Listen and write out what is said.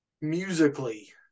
Musically